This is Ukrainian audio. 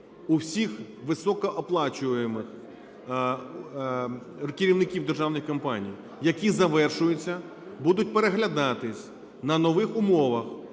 у всіх високооплачуваних керівників державних компаній, які завершуються, будуть переглядатись на нових умовах,